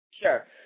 Sure